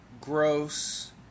gross